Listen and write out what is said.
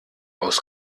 aus